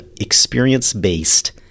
experience-based